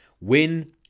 Win